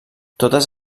totes